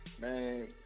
man